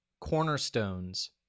cornerstones